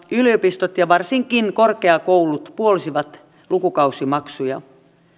yliopistot ja varsinkin korkeakoulut puolsivat lukukausimaksuja